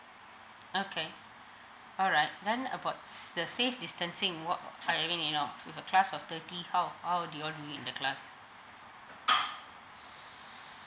okay alright then about s~ the safe distancing what about I mean you know with a class of thirty how how do you all do it in the class